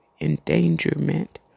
endangerment